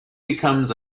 becomes